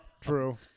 True